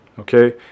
Okay